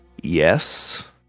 yes